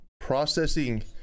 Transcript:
processing